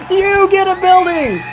you get a building!